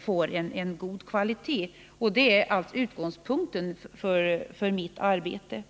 får en god kvalitet. Det är utgångspunkten för mitt arbete.